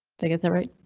i get that right.